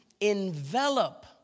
envelop